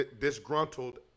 disgruntled